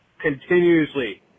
continuously